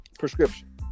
Prescription